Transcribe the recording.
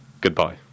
Goodbye